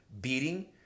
beating